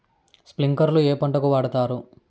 స్ప్రింక్లర్లు ఏ పంటలకు వాడుతారు?